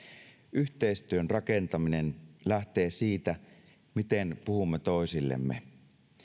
yhteistyön rakentaminen lähtee siitä miten puhumme toisillemme